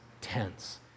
tense